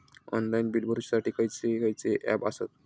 Online bill भरुच्यासाठी खयचे खयचे ऍप आसत?